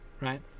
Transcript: Right